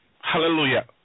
Hallelujah